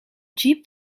jeep